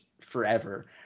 forever